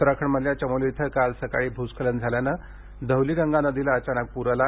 उत्तराखंडमधल्या चमोली इथं काल सकाळी भूस्खलन झाल्यानं धौलीगंगा नदीला अचानक पूर आला